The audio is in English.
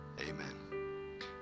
amen